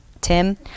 tim